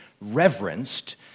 reverenced